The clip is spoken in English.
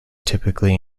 typically